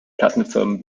plattenfirmen